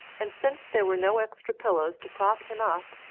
and, since there were no extra pillows to prop him up,